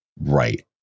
right